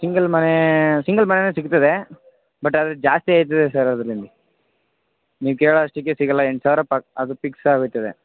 single ಮನೆ single ಮನೆನೂ ಸಿಗ್ತದೆ ಬಟ್ ಆದರೆ ಜಾಸ್ತಿ ಆಗ್ತದೆ ಸರ್ ಅದರಲ್ಲಿ ನಿಮಗೆ ನೀವು ಕೇಳ್ದ ಅಷ್ಟಕ್ಕೆ ಸಿಗೋಲ್ಲ ಎಂಟು ಸಾವಿರ ಪ ಅದು ಫಿಕ್ಸ್ ಆಗೋಗ್ತದೆ